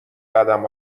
قدم